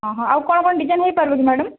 ହଁ ହଁ ଆଉ କ'ଣ କ'ଣ ଡିଜାଇନ୍ ହୋଇପାରିବ କି ମ୍ୟାଡ଼ାମ୍